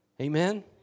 Amen